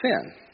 sin